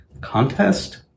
contest